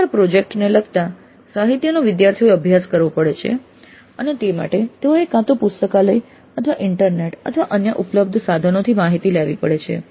ઘણી વાર પ્રોજેક્ટ ને લગતા સાહિત્યનો વિદ્યાર્થીઓએ અભ્યાસ કરવો પડે છે અને તે માટે તેઓએ કાં તો પુસ્તકાલય અથવા ઇન્ટરનેટ અથવા અન્ય ઉપલબ્ધ સાધનોથી માહિતી લેવી પડે છે